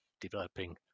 developing